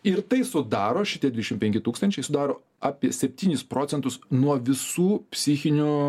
ir tai sudaro šitie dvidešimt penki tūkstančiai sudaro apie septynis procentus nuo visų psichinių